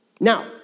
Now